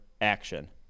action